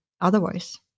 otherwise